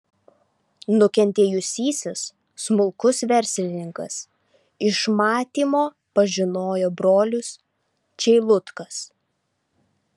nukentėjusysis smulkus verslininkas iš matymo pažinojo brolius čeilutkas